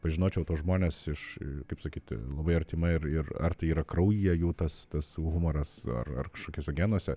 pažinočiau tuos žmones iš kaip sakyt labai artimai ir ir ar tai yra kraujyje jų tas tas humoras ar ar kažkokiuose genuose